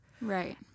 Right